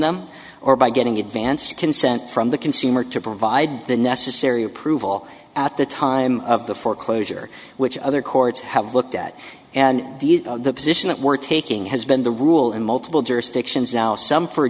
them or by getting advance consent from the consumer to provide the necessary approval at the time of the foreclosure which other courts have looked at and the position that we're taking has been the rule in multiple jurisdictions now some for